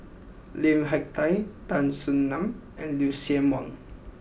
Lim Hak Tai Tan Soo Nan and Lucien Wang